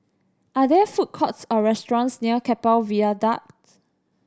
are there food courts or restaurants near Keppel Viaduct